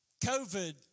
COVID